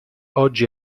oggi